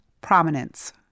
prominence